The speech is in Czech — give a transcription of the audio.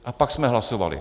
A pak jsme hlasovali.